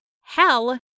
hell